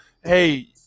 Hey